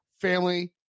family